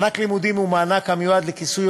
מענק לימודים הוא מענק המיועד לכיסוי